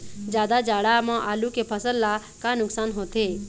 जादा जाड़ा म आलू के फसल ला का नुकसान होथे?